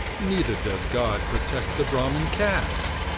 neither does god protect the brahmin caste.